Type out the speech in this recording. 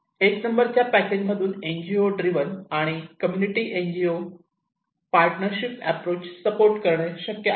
एक नंबरच्या पॅकेज मधून एन जी ओ ड्रिवन आणि community N G O partnership approach support करणे शक्य आहे